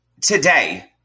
Today